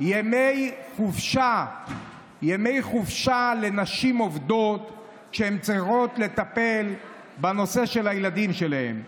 ימי חופשה לנשים עובדות שצריכות לטפל בנושא של הילדים שלהן.